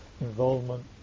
involvement